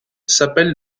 s’appelle